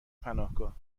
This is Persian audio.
پناهگاه